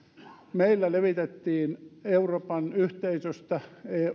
meillä levitettiin euroopan yhteisöstä